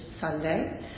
Sunday